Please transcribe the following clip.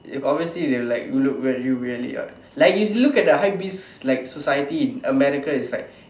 obviously they will like look at you weirdly what like you look at the hypebeast like society in America is like